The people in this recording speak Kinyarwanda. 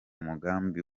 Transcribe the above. mugambi